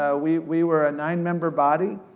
ah we we were a nine-member body,